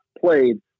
played